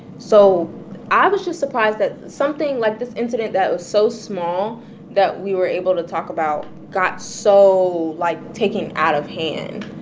so i was just surprised that something like this incident that was so small that we were able to talk about got so, like, taken out of hand